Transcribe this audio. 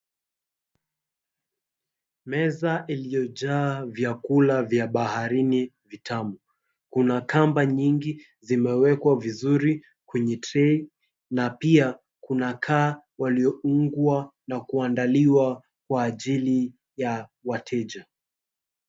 Meza iliyojaa vyakula vya baharini vitamu. Kuna kamba nyingi zilizowekwa vizuri kwenye trei na pia kuna kaa walioungwa na kuandaliwa kwa ajili ya wateja.